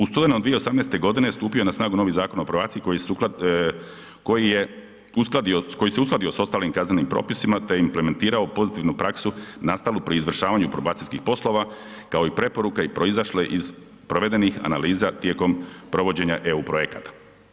U studenom 2018. godine stupio je na snagu novi Zakon o probaciji koji sukladno, koji je uskladio, koji se uskladio s ostalim kaznenim propisima te implementirao pozitivnu praksu nastalu pri izvršavanju probacijskih poslova kao i preporuka proizašle iz provedenih analiza tijekom provođenja EU projekata.